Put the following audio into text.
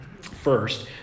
first